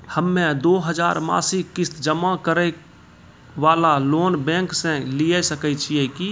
हम्मय दो हजार मासिक किस्त जमा करे वाला लोन बैंक से लिये सकय छियै की?